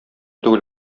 түгел